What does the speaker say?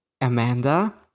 Amanda